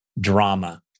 drama